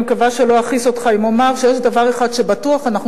אני מקווה שלא אכעיס אותך אם אומר שיש דבר אחד שבטוח אנחנו